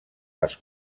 les